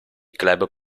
club